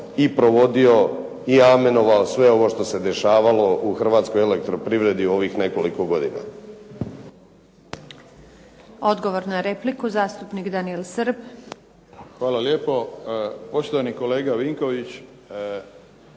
i provodio i amenovao sve ono što se dešavalo u hrvatskoj elektroprivredi u ovih nekoliko godina.